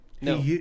No